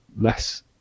less